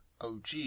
OG